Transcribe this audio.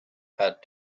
had